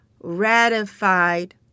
ratified